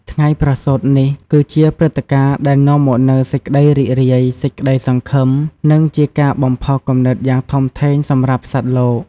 ថ្ងៃប្រសូតនេះ គឺជាព្រឹត្តិការណ៍ដែលនាំមកនូវសេចក្ដីរីករាយ សេចក្តីសង្ឃឹម និងជាការបំផុសគំនិតយ៉ាងធំធេងសម្រាប់សត្វលោក។